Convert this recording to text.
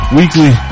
weekly